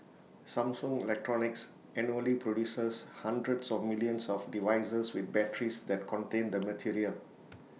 Samsung electronics annually produces hundreds of millions of devices with batteries that contain the material